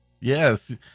Yes